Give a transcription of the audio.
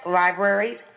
libraries